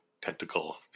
tentacle